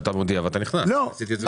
מגיע ונכנס.